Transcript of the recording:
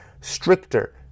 stricter